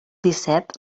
disset